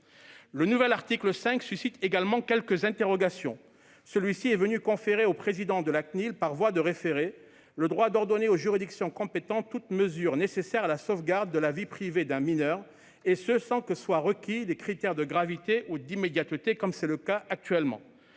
Le nouvel article 5 suscite également quelques interrogations. Celui-ci est venu conférer au président de la Cnil, par voie de référé, le droit d'ordonner aux juridictions compétentes toute mesure nécessaire à la sauvegarde de la vie privée d'un mineur sans que soient requis des critères de gravité ou d'immédiateté, comme c'est le cas actuellement.